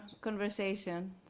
conversation